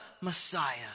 Messiah